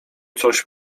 coś